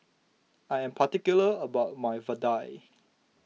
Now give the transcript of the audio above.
I am particular about my Vadai